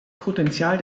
potential